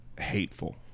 hateful